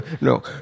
No